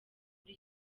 kuri